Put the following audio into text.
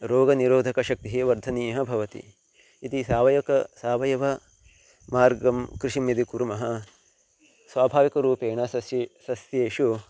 रोगनिरोधकशक्तिः वर्धनीया भवति इति सावयवः सावयवमार्गं कृषिं यदि कुर्मः स्वाभाविकरूपेण सति सस्येषु